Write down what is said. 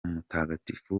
mutagatifu